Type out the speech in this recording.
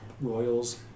royals